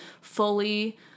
fully